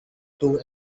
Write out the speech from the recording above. too